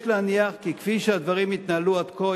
יש להניח כי כפי שהדברים התנהלו עד כה,